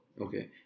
okay